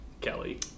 Kelly